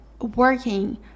working